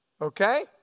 Okay